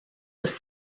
was